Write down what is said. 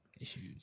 issues